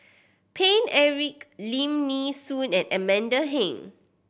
Paine Eric Lim Nee Soon and Amanda Heng